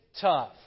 tough